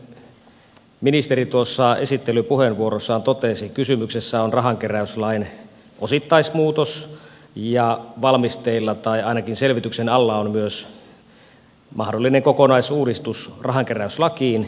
kuten ministeri tuossa esittelypuheenvuorossaan totesi kysymyksessä on rahankeräyslain osittaismuutos ja valmisteilla tai ainakin selvityksen alla on myös mahdollinen kokonaisuudistus rahankeräyslakiin